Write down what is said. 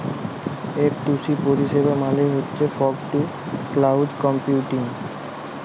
F two C পরিষেবা মালে হছ ফগ টু ক্লাউড কম্পিউটিং